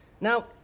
Now